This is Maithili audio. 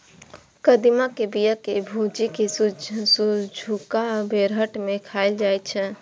कदीमा के बिया कें भूजि कें संझुका बेरहट मे खाएल जाइ छै